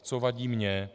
Co vadí mně.